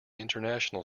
international